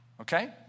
Okay